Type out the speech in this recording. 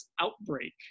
outbreak